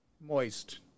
moist